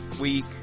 week